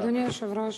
אדוני היושב-ראש,